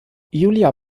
julia